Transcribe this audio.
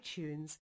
iTunes